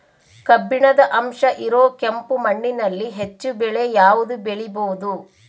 ಕಬ್ಬಿಣದ ಅಂಶ ಇರೋ ಕೆಂಪು ಮಣ್ಣಿನಲ್ಲಿ ಹೆಚ್ಚು ಬೆಳೆ ಯಾವುದು ಬೆಳಿಬೋದು?